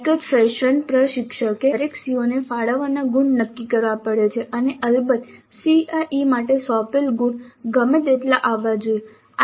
એક જ ફેશન પ્રશિક્ષકે દરેક CO ને ફાળવવાના ગુણ નક્કી કરવા પડે છે અને અલબત્ત CIE માટે સોંપેલ ગુણ ગમે તેટલા આવવા જોઈએ